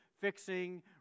fixing